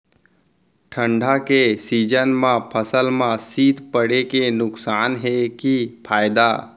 ठंडा के सीजन मा फसल मा शीत पड़े के नुकसान हे कि फायदा?